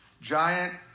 giant